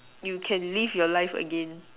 you can live your life again